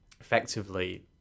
effectively